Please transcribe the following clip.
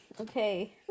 Okay